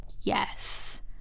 Yes